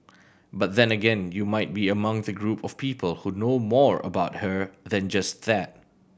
but then again you might be among the group of people who know more about her than just that